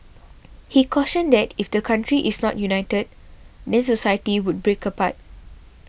he cautioned that if the country is not united then society would break apart